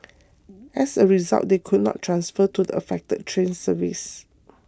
as a result they could not transfer to the affected train services